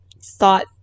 thought